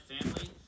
family